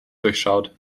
durchschaut